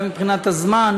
גם מבחינת הזמן,